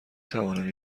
توانم